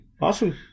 Awesome